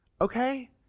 okay